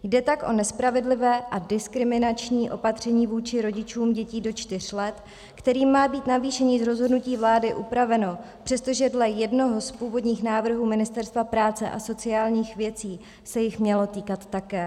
Jde tak o nespravedlivé a diskriminační opatření vůči rodičům dětí do čtyř let, kterým má být navýšení z rozhodnutí vlády upraveno, přestože dle jednoho z původních návrhů Ministerstva práce a sociálních věcí se jich mělo týkat také.